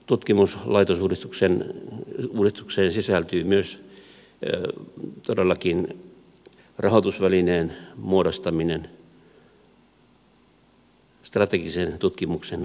tutkimuslaitosuudistukseen sisältyy todellakin myös rahoitusvälineen muodostaminen strategisen tutkimuksen rahoitusvälineen luominen